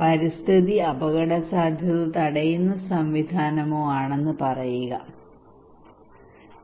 പരിസ്ഥിതി അപകടസാധ്യത തടയുന്ന സംവിധാനമോ ആണെന്ന് പരിഗണിക്കുക